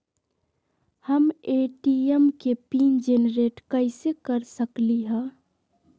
हम ए.टी.एम के PIN generate कईसे कर सकली ह?